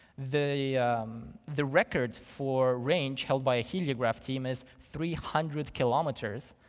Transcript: the the record for range held by a heliograph team is three hundred kilometres,